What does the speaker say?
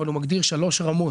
אבל החוק מגדיר שלוש רמות,